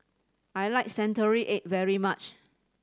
I like century egg very much